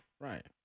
Right